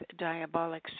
diabolics